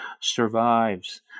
survives